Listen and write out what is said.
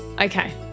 Okay